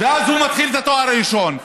אז הוא מתחיל את התואר הראשון.